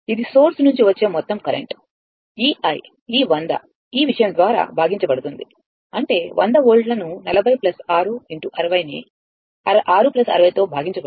ఇది సోర్స్ నుంచి వచ్చే మొత్తం కరెంట్ ఈ i ఈ 100 ఈ విషయం ద్వారా భాగించబడుతుంది అంటే 100 వోల్ట్లను 40 ని 6 60 తో భాగించబడుతుంది